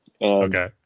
Okay